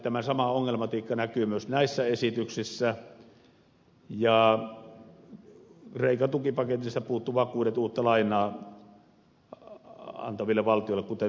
tämä sama ongelmatiikka näkyy myös näissä esityksissä ja kreikan tukipaketista puuttuivat vakuudet uutta lainaa antaville valtioille kuten suomelle